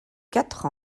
quatre